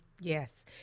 Yes